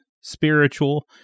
spiritual